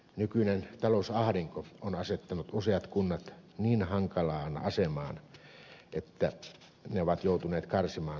nykyinen talousahdinko on asettanut useat kunnat niin hankalaan asemaan että ne ovat joutuneet karsimaan peruspalveluitaan